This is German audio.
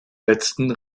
letzten